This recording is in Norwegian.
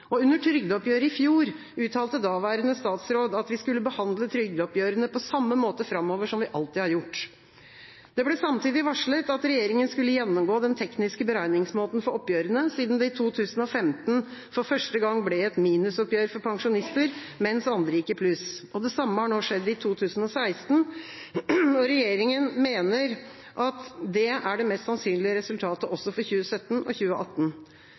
departement. Under trygdeoppgjøret i fjor uttalte daværende statsråd at vi skulle behandle trygdeoppgjørene på samme måte framover som vi alltid har gjort. Det ble samtidig varslet at regjeringa skulle gjennomgå den tekniske beregningsmåten for oppgjørene, siden det i 2015 for første gang ble et minusoppgjør for pensjonister, mens andre gikk i pluss. Det samme har skjedd nå i 2016, og regjeringa mener at det er det mest sannsynlige resultatet også for 2017 og 2018.